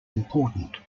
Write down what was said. important